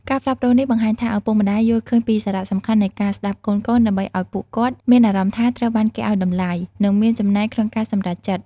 ការផ្លាស់ប្តូរនេះបង្ហាញថា ឪពុកម្ដាយយល់ឃើញពីសារៈសំខាន់នៃការស្ដាប់កូនៗ ដើម្បីឲ្យពួកគាត់មានអារម្មណ៍ថាត្រូវបានគេឲ្យតម្លៃ និងមានចំណែកក្នុងការសម្រេចចិត្ត។